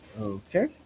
Okay